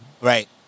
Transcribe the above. Right